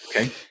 okay